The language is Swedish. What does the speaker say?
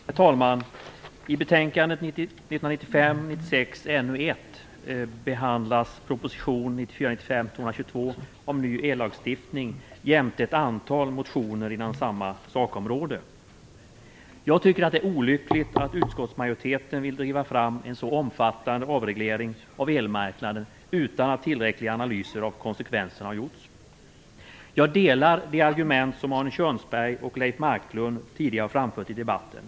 Herr talman! I betänkande 1995 95:222 om ny ellagstiftning jämte ett antal motioner inom samma sakområde. Jag tycker att det är olyckligt att utskottsmajoriteten vill driva fram en så omfattande avreglering av elmarknaden utan att tillräckliga analyser av konsekvenserna har gjorts. Jag instämmer i de argument som Arne Kjörnsberg och Leif Marklund tidigare har framfört i debatten.